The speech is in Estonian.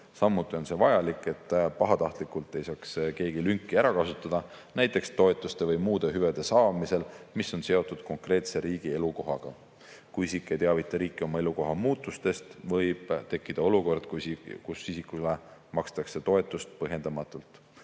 Samuti on see vajalik, et keegi ei saaks pahatahtlikult lünki ära kasutada, näiteks toetuste või muude hüvede saamisel, mis on seotud konkreetse elukohaga. Kui isik ei teavita riiki oma elukoha muutusest, võib tekkida olukord, kus isikule makstakse toetust põhjendamatult.